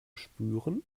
spüren